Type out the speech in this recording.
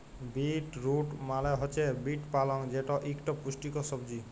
bit root মালে হছে beet পালং যেট ইকট পুষ্টিকর সবজি